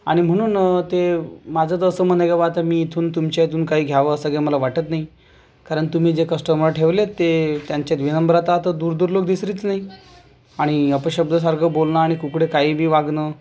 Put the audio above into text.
आणि म्हणून ते माझं तर असं म्हणणं आहे की बाबा मी इथून तुमच्यातून काही घ्यावं असं काही मला वाटत नाही कारण तुम्ही जे कस्टमर ठेवलेत ते त्यांच्यात विनम्रता तर दूर दूरला दिसलीच नाही आणि अपशब्द सारखं बोलणं आणि कुकडं काही बी वागणं